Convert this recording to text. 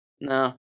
No